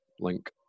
link